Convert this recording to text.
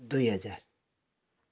दुई हजार